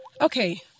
Okay